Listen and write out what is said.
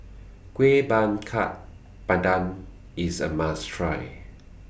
Kueh Bakar Pandan IS A must Try